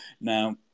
Now